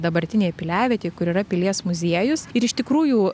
dabartinėje piliavietėj kur yra pilies muziejus ir iš tikrųjų